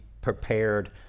prepared